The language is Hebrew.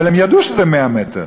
אבל הם ידעו שזה 100 מטר,